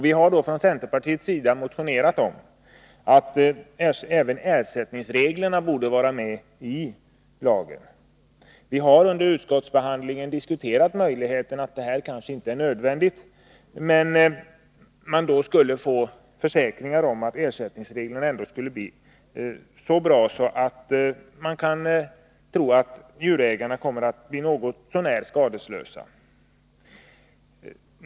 Vi har därför från centerpartiets sida motionerat om att även ersättningsreglerna borde vara med i lagen. Vi har under utskottsbehandlingen diskuterat möjligheten att detta kanske inte är nödvändigt, men att man i stället skulle få försäkringar om att ersättningsreglerna ändå skulle bli så bra att man kan tro att djurägarna kommer att bli något så när skadeslösa.